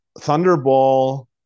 Thunderball